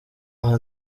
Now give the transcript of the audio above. aha